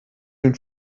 den